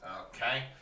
Okay